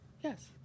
Yes